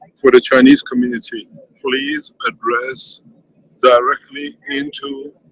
for the chinese community please address directly into,